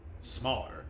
smaller